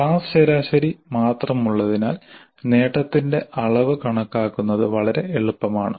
class ശരാശരി മാത്രമുള്ളതിനാൽ നേട്ടത്തിന്റെ അളവ് കണക്കാക്കുന്നത് വളരെ എളുപ്പമാണ്